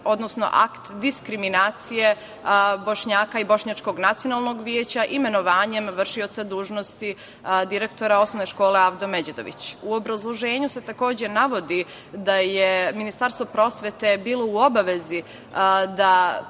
odnosno akt diskriminacije Bošnjaka i Bošnjačkog nacionalnog veća imenovanjem vršioca dužnosti direktora Osnovne škole „Avdo Međedović“.U obrazloženju se takođe navodi da je Ministarstvo prosvete bilo u obavezi da